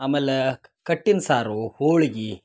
ಆಮೇಲ ಕಟ್ಟಿನ ಸಾರು ಹೋಳ್ಗಿ